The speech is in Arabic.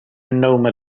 النوم